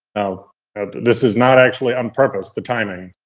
this is not actually on purpose, the timing,